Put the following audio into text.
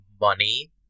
money